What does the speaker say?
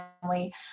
family